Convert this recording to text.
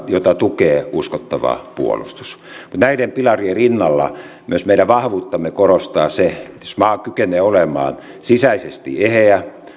jota tukee uskottava puolustus mutta näiden pilarien rinnalla myös meidän vahvuuttamme korostaa se että maa kykenee olemaan sisäisesti eheä